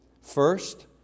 First